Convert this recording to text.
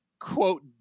quote